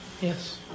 Yes